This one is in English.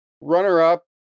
Runner-up